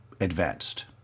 Advanced